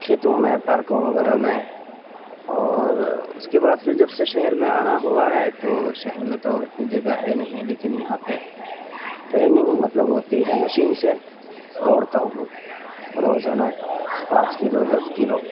کھیتوں میں پارکوں وغیرہ میں اور اس کے بعد پھر جب سے شہر میں آنا ہوا ہے تو شہر میں تو اتنی جگہ ہے نہیں لیکن یہاں پہ رننگ مطلب ہوتی ہے مشین سے دوڑتا ہوں روزانہ پانچ کلو دس کلو